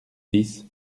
dix